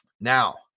now